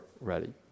ready